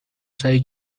سعی